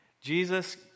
Jesus